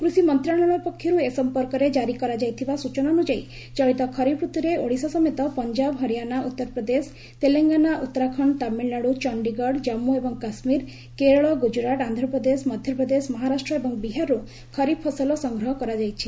କୃଷି ମନ୍ତ୍ରଣାଳୟ ପକ୍ଷରୁ ଏ ସମ୍ପର୍କରେ ଜାରି କରାଯାଇଥିବା ସୂଚନା ଅନୁଯାୟୀ ଚଳିତ ଖରିଫ୍ ଋତୁରେ ଓଡ଼ିଶା ସମେତ ପଞ୍ଜାବ ହରିଆଣା ଉତ୍ତରପ୍ରଦେଶ ତେଲଙ୍ଗାନା ଉତ୍ତରାଖଣ୍ଡ ତାମିଲନାଡୁ ଚଣ୍ଡିଗଡ଼ ଜାନ୍ଗୁ ଏବଂ କାଶ୍ମୀର କେରଳ ଗୁଜରାଟ ଆନ୍ଧ୍ରପ୍ରଦେଶ ମଧ୍ୟପ୍ରଦେଶ ମହାରାଷ୍ଟ୍ର ଏବଂ ବିହାରରୁ ଖରିଫ୍ ଫସଲ ସଂଗ୍ରହ କରାଯାଇଛି